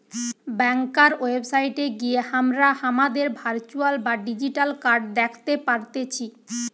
ব্যাংকার website গিয়ে হামরা হামাদের ভার্চুয়াল বা ডিজিটাল কার্ড দ্যাখতে পারতেছি